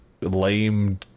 lame